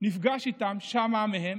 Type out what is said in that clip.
נפגש איתם, שמע מהם.